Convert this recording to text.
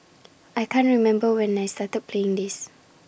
I can't remember when I started playing this